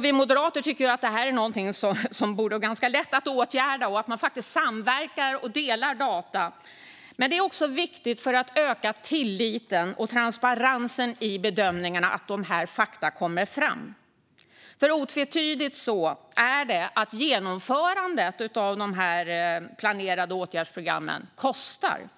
Vi moderater tycker att det borde vara ganska lätt att åtgärda. Det handlar om att faktiskt samverka och dela data. Det är också viktigt för att öka tilliten till och transparensen i bedömningarna att dessa fakta kommer fram. Det är nämligen otvetydigt så att genomförandet av de planerade åtgärdsprogrammen kostar.